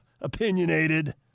opinionated